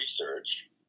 research